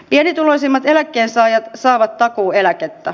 pienituloisimmat eläkkeensaajat saavat takuueläkettä